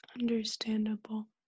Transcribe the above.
understandable